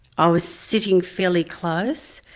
i was sitting fairly close,